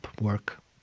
work